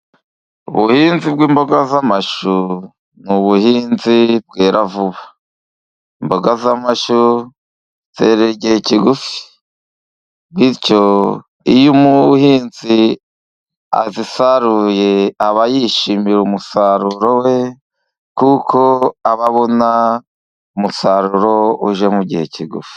Ubuhinzi bw'imboga z'amashu ni ubuhinzi bwera vuba. Imboga z'amashyu, zerera igihe kigufi. Bityo iyo umuhinzi azisaruye aba yishimira umusaruro we, kuko aba abona umusaruro uje mu gihe kigufi.